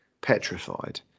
petrified